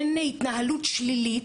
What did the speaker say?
אין התנהלות שלילית,